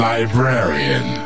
Librarian